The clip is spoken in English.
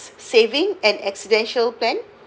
saving an accidental plan